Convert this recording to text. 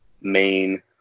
main